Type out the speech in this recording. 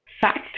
Fact